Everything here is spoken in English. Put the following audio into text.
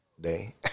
day